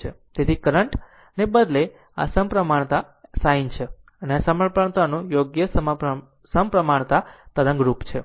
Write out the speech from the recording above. તેથી કરંટ જમણાને બદલે અને તે સપ્રમાણ sin છે તે સપ્રમાણતાનું યોગ્ય સપ્રમાણતા તરંગ રૂપ છે